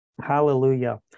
Hallelujah